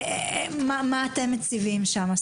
מה אתם מציבים כיעדים?